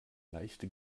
leichte